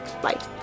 Bye